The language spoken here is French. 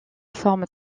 forme